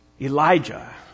Elijah